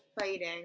fighting